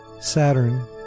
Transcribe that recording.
Saturn